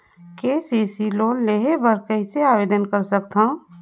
KCC loan बर कइसे आवेदन कर सकथव?